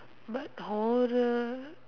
but horror